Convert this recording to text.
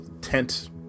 tent